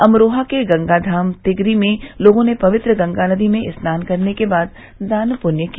अमरोहा के गंगाधाम तिगरी में लोगों ने पवित्र गंगा नदी में स्नान करने के बाद दान पृण्य किया